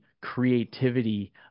creativity